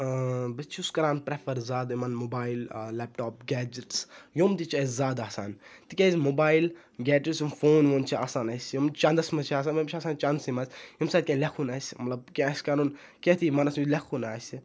بہٕ چھُس کَران پریٚفَر زیادٕ یِمَن مُبایِل لیپٹاپ گیجَٹٕس یُم تہِ چھِ اَسہِ زیادٕ آسان تکیازِ مُبایِل گیجَٹٕس یِم فون وون چھِ آسان اَسہِ یِم چَنٛدَس مَنٛز چھِ آسان یِم چھِ آسان چَندسٕے مَنٛز ییٚمہِ ساتہٕ کینٛہہ لٮ۪کھُن آسہِ مَطلَب کیٚنٛہہ آسہِ کَرُن کیٚنٛہہ تہِ مان حظ ژٕ لٮ۪کھُن آسہِ